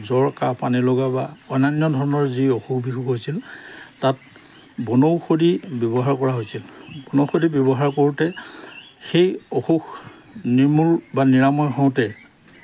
জ্বৰ কাহ পানী লগা বা অন্যান্য ধৰণৰ যি অসুখ বিসুখ হৈছিল তাত বনৌষধি ব্যৱহাৰ কৰা হৈছিল বনৌষধি ব্যৱহাৰ কৰোঁতে সেই অসুখ নিৰ্মূল বা নিৰাময় হওঁতে